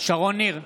שרון ניר,